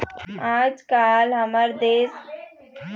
आजकाल हमर देश म सिक्छा के स्तर ह बाढ़त जावत हे